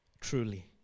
truly